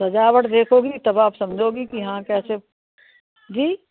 सजावट देखोगी तब आप समझोगी की हाँ कैसे जी